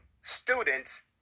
students